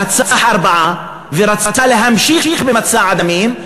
רצח ארבעה ורצה להמשיך במסע הדמים,